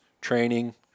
training